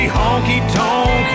honky-tonk